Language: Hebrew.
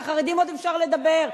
על החרדים עוד אפשר לדבר,